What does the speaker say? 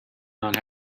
not